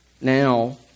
now